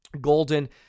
Golden